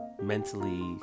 mentally